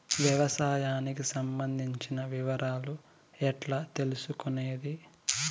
వ్యవసాయానికి సంబంధించిన వివరాలు ఎట్లా తెలుసుకొనేది?